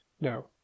No